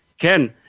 Ken